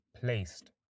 placed